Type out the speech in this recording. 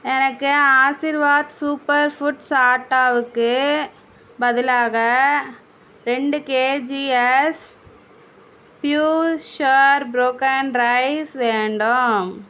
எனக்கு Aashirvaad super foods ஆட்டாவுக்கு பதிலாக ரெண்டு kgs pure sure broken rice வேண்டும்